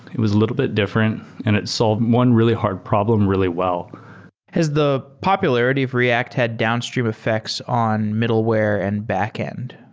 it was a little bit different and it solved one really hard problem really well has the popularity of react had downstream effects on middleware and back end?